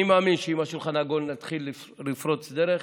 אני מאמין שעם השולחן העגול נתחיל לפרוץ דרך.